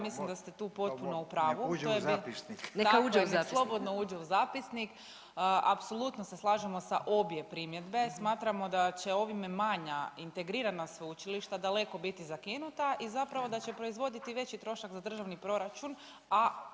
…/Upadica Bedeković: Neka uđe u zapisnik/… …to je bilo, nek slobodno uđe u zapisnik. Apsolutno se slažemo sa obje primjedbe, smatramo da će ovime manja integrirana sveučilišta daleko biti zakinuta i zapravo da će proizvoditi veći trošak za državni proračun,